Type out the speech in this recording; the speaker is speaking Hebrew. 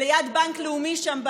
ליד בנק לאומי שם,